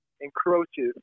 encroaches